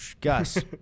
Gus